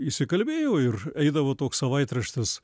įsikalbėjau ir eidavo toks savaitraštis